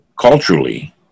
culturally